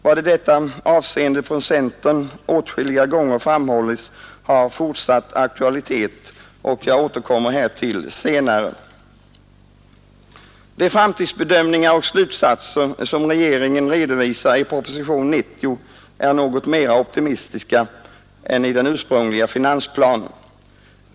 Vad centern i detta avseende åtskilliga gånger framhållit har fortsatt aktualitet, och jag återkommer härtill senare. De framtidsbedömningar och slutsatser som regeringen redovisar i propositionen 90 är något mera optimistiska än de som redovisades i den ursprungliga finansplanen.